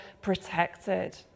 protected